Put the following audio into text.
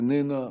איננה,